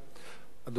אדוני השר